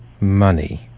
money